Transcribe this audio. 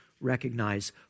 recognize